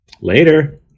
Later